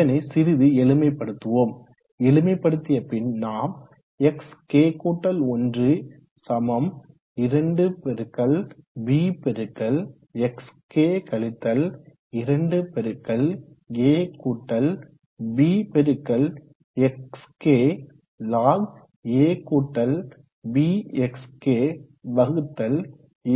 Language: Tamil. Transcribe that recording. இதனை சிறிது எளிமைப்படுத்துவோம் எளிமைப்படுத்திய பின் நாம் xk1 2bxk 2abxk log10